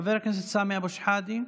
חבר הכנסת סמי אבו שחאדה,